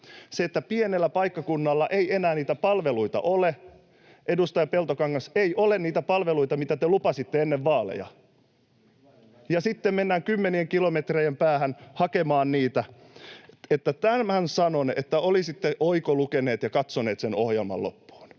se, että pienellä paikkakunnalla ei enää niitä palveluita ole — edustaja Peltokangas, ei ole niitä palveluita, mitä te lupasitte ennen vaaleja, [Mauri Peltokankaan välihuuto] ja sitten mennään kymmenien kilometrien päähän hakemaan niitä. Tämän sanon: olisitte oikolukeneet ja katsoneet sen ohjelman loppuun.